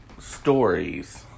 stories